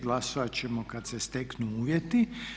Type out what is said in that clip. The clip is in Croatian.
Glasovati ćemo kada se steknu uvjeti.